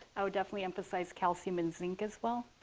i would definitely emphasize calcium and zinc as well,